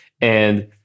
And-